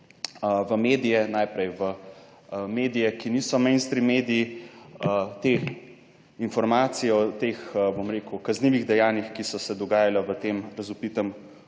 v medije, najprej v medije, ki niso mainstream mediji, te informacije o teh, bom rekel, kaznivih dejanjih, ki so se dogajala v tem razvpitem